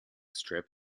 strip